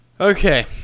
Okay